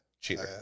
cheater